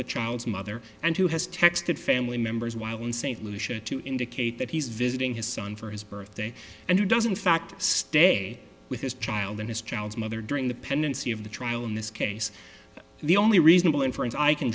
the child's mother and who has texted family members while in st lucia to indicate that he's visiting his son for his birthday and who doesn't factor stay with his child in his child's mother during the pendency of the trial in this case the only reasonable inference i can